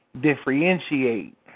differentiate